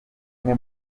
umwe